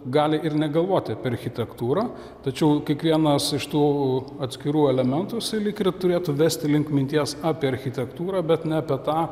gali ir negalvoti apie architektūrą tačiau kiekvienas iš tų atskirų elementų lyg ir turėtų vesti link minties apie architektūrą bet ne apie tą